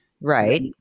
Right